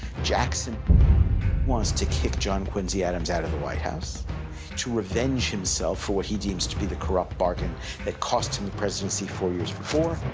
jackson wants to kick john quincy adams out of the white house to revenge himself for what he deems to be the corrupt bargain that cost him the presidency four years before.